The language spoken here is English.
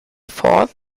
fourth